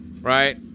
right